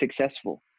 successful